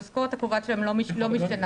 המשכורת הקובעת לא משתנה.